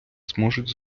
зможуть